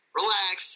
relax